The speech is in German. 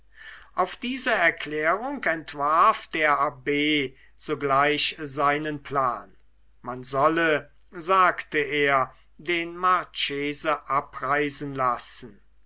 auf diese erklärung entwarf der abb sogleich seinen plan man solle sagte er den marchese abreisen lassen